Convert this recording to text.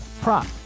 prop